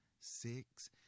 six